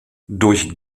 durch